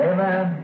Amen